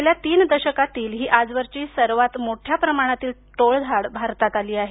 गेल्या तीन दशकांतील ही आजवरची सर्वात मोठ्या प्रमाणातील टोळधाड भारतात आली आहे